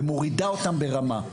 ומורידה אותם ברמה.